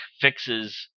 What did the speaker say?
fixes